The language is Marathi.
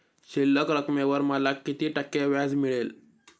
शिल्लक रकमेवर मला किती टक्के व्याज मिळेल?